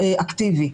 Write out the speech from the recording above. אקטיבי.